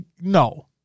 no